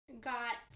got